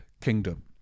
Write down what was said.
Kingdom